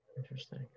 interesting